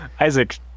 Isaac